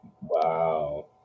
Wow